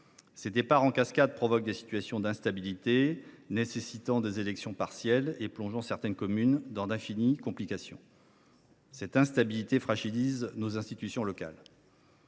Ces départs en cascade provoquent des situations d’instabilité, imposent la tenue d’élections partielles et plongent certaines communes dans d’infinies complications. Cette instabilité fragilise nos institutions locales.